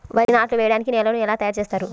వరి నాట్లు వేయటానికి నేలను ఎలా తయారు చేస్తారు?